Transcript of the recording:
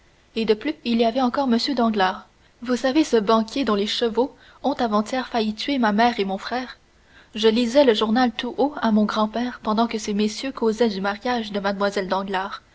et de plus il y avait encore m danglars vous savez ce banquier dont les chevaux ont avant-hier failli tuer ma mère et mon frère je lisais le journal tout haut à mon grand-père pendant que ces messieurs causaient du mariage de